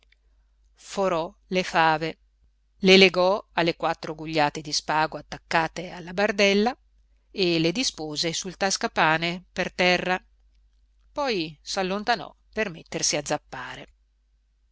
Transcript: forò le fave le legò alle quattro gugliate di spago attaccate alla bardella e le dispose sul tascapane per terra poi s'allontanò per mettersi a zappare